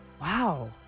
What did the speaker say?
Wow